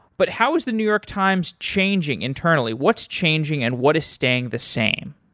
but how is the new york times changing, internally? what's changing and what is staying the same?